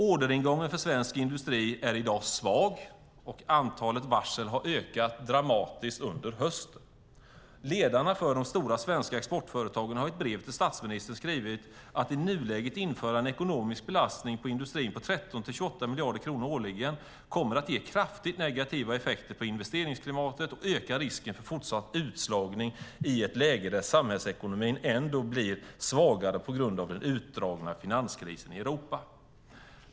Orderingången i svensk industri är i dag svag, och antalet varsel har ökat dramatiskt under hösten. Ledarna för de stora svenska exportföretagen har i ett brev till statsministern skrivit: Att i nuläget införa en ekonomisk belastning på industrin på 13-28 miljarder kronor årligen kommer att ge kraftigt negativa effekter på investeringsklimatet och öka risken för fortsatt utslagning i ett läge där samhällsekonomin ändå blir svagare på grund av den utdragna finanskrisen i Europa.